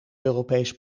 europees